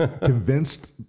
convinced